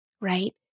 right